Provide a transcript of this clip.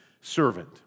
servant